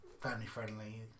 family-friendly